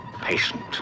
patient